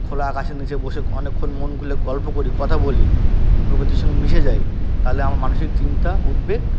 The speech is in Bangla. খোলা আকাশের নিচে বসে অনেকক্ষণ মন খুলে গল্প করি কথা বলি প্রকৃতির সঙ্গে মিশে যাই তাহলে আমার মানসিক চিন্তা উদ্বেগ